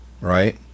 right